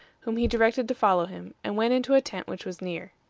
whom he directed to follow him, and went into a tent which was near.